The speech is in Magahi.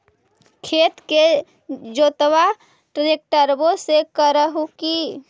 खेत के जोतबा ट्रकटर्बे से कर हू की?